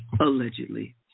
Allegedly